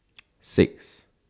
six